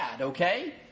okay